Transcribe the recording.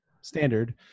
standard